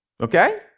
okay